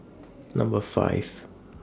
Number five